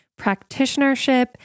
practitionership